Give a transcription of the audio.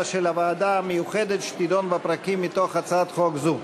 של הוועדה המיוחדת שתדון בפרקים מתוך הצעת חוק זו.